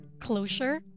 closure